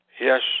Yes